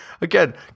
Again